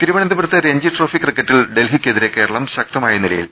തിരുവനന്തപുരത്ത് രഞ്ജി ട്രോഫി ക്രിക്കറ്റിൽ ഡൽഹിക്കെ തിരെ കേരളം ശക്തമായ നിലയിൽ